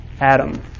Adam